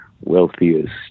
wealthiest